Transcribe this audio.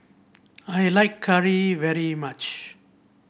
I like curry very much